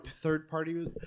third-party